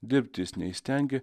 dirbti jis neįstengė